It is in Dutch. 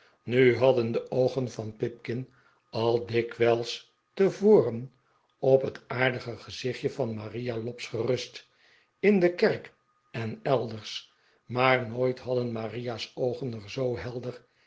nu hadden de oogen van pipkins al dikwijls te voren op het aardige gezichtje van maria lobbs gerust in de kerk en elders maar nooit hadden maria's oogen er zoo helder